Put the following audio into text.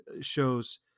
shows